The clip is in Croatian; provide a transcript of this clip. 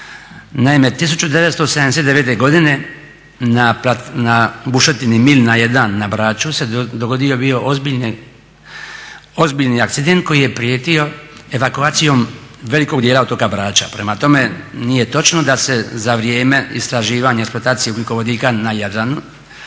Naime, 1979. godine na bušotini Milna 1 na Braču se dogodio bio ozbiljan akcident koji je prijetio evakuacijom velikog dijela otoka Brača. Prema tome, nije točno da se za vrijeme istraživanja, eksploatacije ugljikovodika na Jadranu